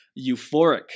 euphoric